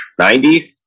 90s